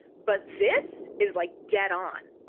but this is like dead on.